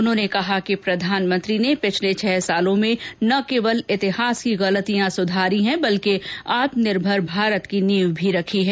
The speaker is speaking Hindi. उन्होंने कहा कि प्रधानमंत्री ने पिछले छह वर्षो में न केवल इतिहास की गलतियां सुधारी हैं बल्कि आत्मनिर्भर भारत की नींव भी रखी है